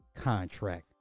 contract